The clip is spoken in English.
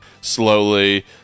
slowly